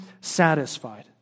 satisfied